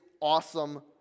awesome